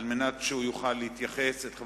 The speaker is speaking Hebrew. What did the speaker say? כדי שהוא יוכל להתייחס,